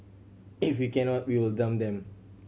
if we cannot we will dump them